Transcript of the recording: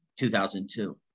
2002